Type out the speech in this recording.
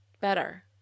better